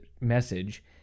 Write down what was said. message